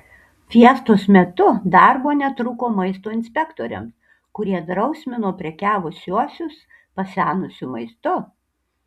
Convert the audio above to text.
fiestos metu darbo netrūko maisto inspektoriams kurie drausmino prekiavusiuosius pasenusiu maistu